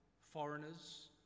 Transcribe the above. foreigners